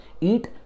eat